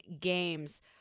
games